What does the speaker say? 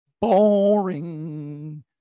Boring